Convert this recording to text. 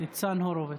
ניצן הורוביץ.